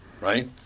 right